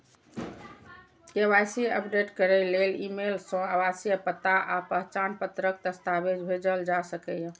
KYC update करै लेल email सं आवासीय पता आ पहचान पत्रक दस्तावेज भेजल जा सकैए